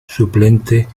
suplente